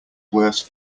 worse